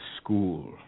School